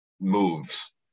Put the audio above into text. moves